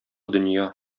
дөнья